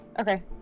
Okay